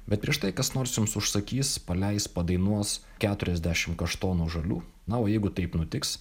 bet prieš tai kas nors jums užsakys paleis padainuos keturiasdešim kaštonų žalių na o jeigu taip nutiks